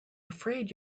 afraid